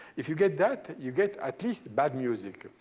if you get that, you get at least bad music.